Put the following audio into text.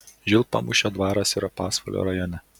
žilpamūšio dvaras yra pasvalio rajone